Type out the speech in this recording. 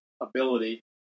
ability